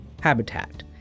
habitat